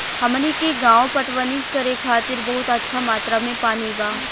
हमनी के गांवे पटवनी करे खातिर बहुत अच्छा मात्रा में पानी बा